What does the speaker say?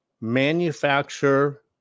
manufacture